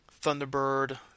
Thunderbird